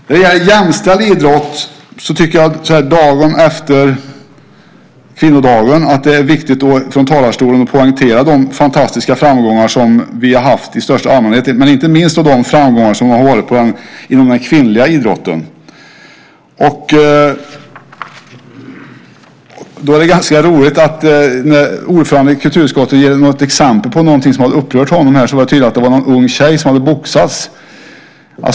När det gäller jämställd idrott tycker jag så här dagen efter kvinnodagen att det är viktigt att från talarstolen poängtera de fantastiska framgångar som vi har haft i största allmänhet, men inte minst de framgångar som har varit inom den kvinnliga idrotten. Då är det ganska roligt att när ordföranden i kulturutskottet skulle ge exempel på något som hade upprört honom så var det tydligen att någon ung tjej hade boxats.